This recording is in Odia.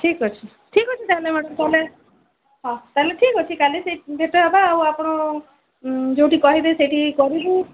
ଠିକ୍ ଅଛି ଠିକ୍ ଅଛି ତାହେଲେ ମ୍ୟାଡମ୍ ତାହେଲେ ହଁ ତାହେଲେ ଠିକ୍ ଅଛି କାଲି ସେଇ ଭେଟ ହେବା ଆଉ ଆପଣ ହୁଁ ଯୋଉଠି କହିବେ ସେଇଠି କରିବୁ